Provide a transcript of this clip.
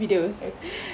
okay